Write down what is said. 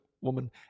woman